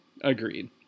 agreed